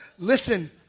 Listen